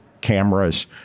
cameras